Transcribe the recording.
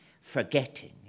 forgetting